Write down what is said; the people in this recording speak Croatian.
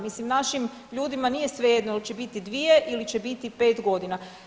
Mislim, našim ljudima nije svejedno jel će biti 2 ili će biti 5 godina.